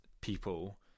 people